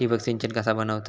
ठिबक सिंचन कसा बनवतत?